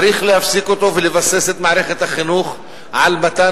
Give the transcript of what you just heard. צריך להפסיק אותו ולבסס את מערכת החינוך על מתן